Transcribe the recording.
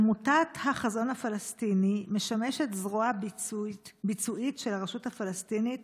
עמותת החזון הפלסטיני משמשת זרוע ביצועית של הרשות הפלסטינית